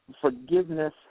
Forgiveness